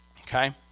okay